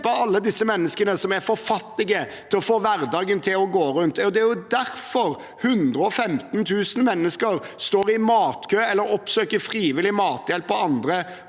alle disse menneskene som er for fattige til å få hverdagen til å gå rundt. Det er derfor 115 000 mennesker står i matkø eller oppsøker frivillig mathjelp på andre